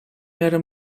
miarę